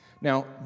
Now